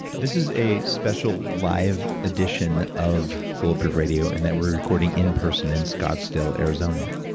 this is a special live edition of bulletproof radio in that we're recording in person in scottsdale arizona.